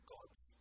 God's